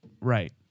right